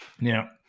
Now